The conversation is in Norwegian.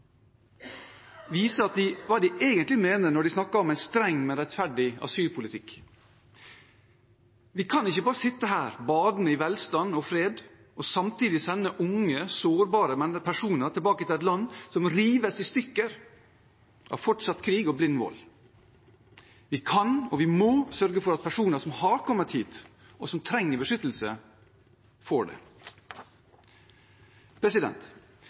viser hva de egentlig mener når de snakker om en streng, men rettferdig asylpolitikk. Vi kan ikke bare sitte her, badende i velstand og fred, og samtidig sende unge, sårbare personer tilbake til et land som rives i stykker av fortsatt krig og blind vold. Vi kan og må sørge for at personer som har kommet hit, og som trenger beskyttelse, får det.